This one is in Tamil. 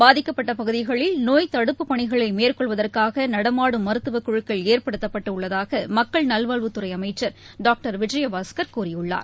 பாதிக்கப்பட்டபகுதிகளில் நோய் தடுப்புப் பணிகளைமேற்கொள்வதற்காகநடமாடும் மருத்துவக் குழுக்கள் ஏற்படுத்தப்பட்டுஉள்ளதாகமக்கள் நல்வாழ்வுத் துறைஅமைச்சர் டாக்டர் விஜயபாஸ்கர் கூறியுள்ளார்